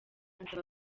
ansaba